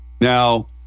Now